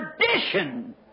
tradition